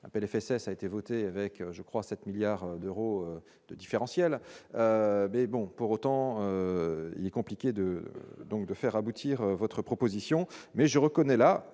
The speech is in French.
un PLFSS a été voté avec je crois 7 milliards d'euros de différentiel mais bon, pour autant, il est compliqué de donc de faire aboutir votre proposition mais je reconnais là,